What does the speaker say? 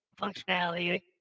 functionality